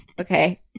okay